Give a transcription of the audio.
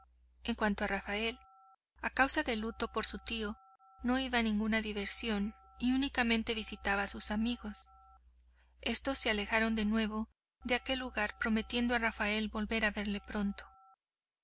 en cuanto a rafael a causa del luto por su tío no iba a ninguna diversión y únicamente visitaba a sus amigos estos se alejaron de nuevo de aquel lugar prometiendo a rafael volver a verle pronto